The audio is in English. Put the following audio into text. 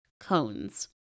cones